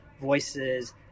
voices